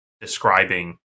describing